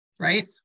right